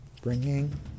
Bringing